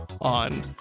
on